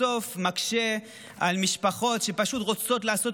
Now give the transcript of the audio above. בסוף מקשה על משפחות שפשוט רוצות לעשות